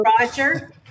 Roger